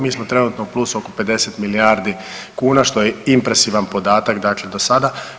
Mi smo trenutno u plusu oko 50 milijardi kuna što je impresivan podataka dakle do sada.